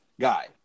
guy